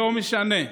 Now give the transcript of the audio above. לא משנה.